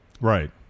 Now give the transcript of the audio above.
Right